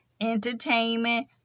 entertainment